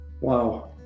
Wow